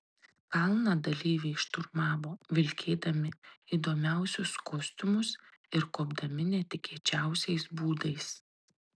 kalną dalyviai šturmavo vilkėdami įdomiausius kostiumus ir kopdami netikėčiausiais būdais